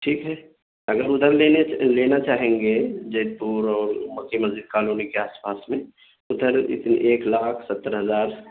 ٹھیک ہے اگر ادھر لینا چاہیں گے جیت پور اور مکی مسجد کالونی کے آس پاس میں ادھر ایک لاکھ ستر ہزار